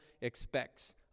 Expects